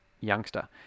youngster